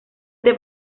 del